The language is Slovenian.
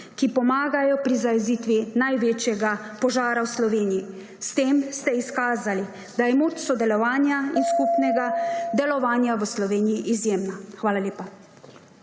ki pomagajo pri zajezitvi največjega požara v Sloveniji. S tem ste izkazali, da je moč sodelovanja in skupnega delovanja v Sloveniji izjemna. Hvala lepa.